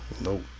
no